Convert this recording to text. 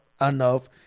enough